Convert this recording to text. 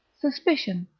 suspicion,